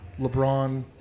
LeBron